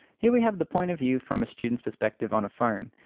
here we have the point of view from a student's perspective on a phone.